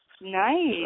Nice